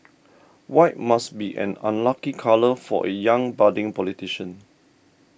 white must be an unlucky colour for a young budding politician